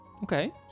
Okay